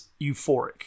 euphoric